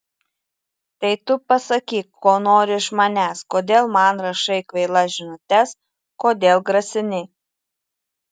tai tu pasakyk ko nori iš manęs kodėl man rašai kvailas žinutes kodėl grasini